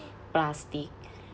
plastic